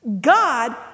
God